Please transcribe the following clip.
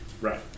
Right